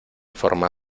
forma